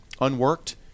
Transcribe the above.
unworked